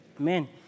Amen